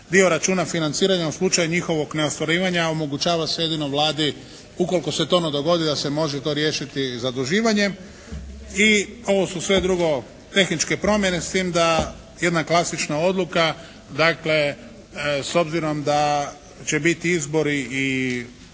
dio računa financiranja u slučaju njihovog neostvarivanja omogućava se jedino Vladi ukoliko se dogodi da se može to riješiti zaduživanjem i ovo su sve drugo tehničke promjene s tim da jedna klasična odluka, dakle s obzirom da će biti izbori i da